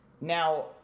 Now